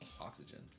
oxygen